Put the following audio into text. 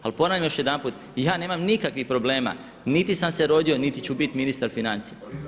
Ali ponavljam još jedanput, ja nemam nikakvih problema, niti sam se rodio, niti ću bit ministar financija.